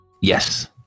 Yes